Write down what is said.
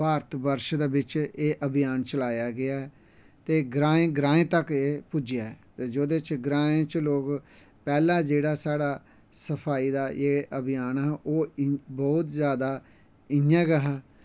भारत बर्श बिच्च एह् अभियान चलाया गया ऐ ते ग्राएं ग्राएं तक एह् पुज्जेआ ऐ जेह्दे च ग्राएं च लोग पैह्ला जेह्ड़ा साढ़ा सफाई दा एह्अभियान हा ओह् बहौत जादा इयां गै हा